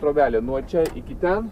trobelė nuo čia iki ten